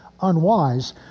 unwise